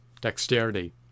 dexterity